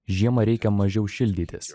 žiemą reikia mažiau šildytis